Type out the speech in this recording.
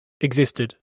existed